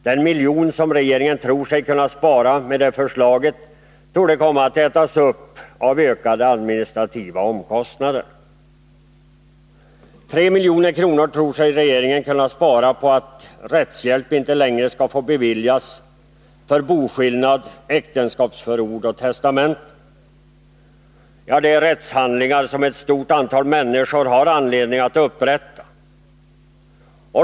Den miljon som regeringen tror sig kunna spara med det förslaget torde komma att ätas upp av ökade administrativa omkostnader. 3 milj.kr. tror sig regeringen kunna spara på att rättshjälp inte längre skall beviljas för boskillnad, äktenskapsförord och testamenten. Det är rättshandlingar som ett stort antal människor har anledning att upprätta.